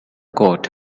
coat